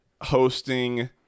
hosting